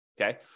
Okay